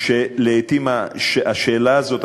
שלעתים השאלה הזאת,